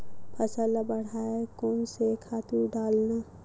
फसल ल बढ़ाय कोन से खातु डालन?